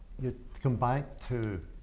you come back to